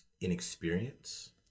Inexperience